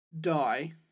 die